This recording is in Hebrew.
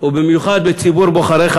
ובמיוחד בציבור בוחריך,